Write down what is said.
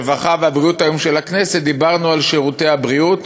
הרווחה והבריאות של הכנסת דיברנו היום על שירותי הבריאות,